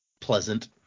pleasant